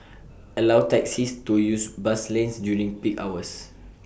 allow taxis to use bus lanes during peak hours